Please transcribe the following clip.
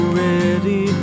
ready